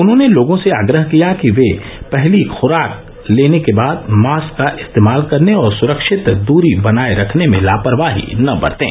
उन्होंने लोगों से आग्रह किया कि वे पहली खुराक लेने के बाद मास्क का इस्तेमाल करने और सुरक्षित दुरी बनाये रखने में लापरवाही न बरतें